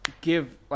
give